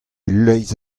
leizh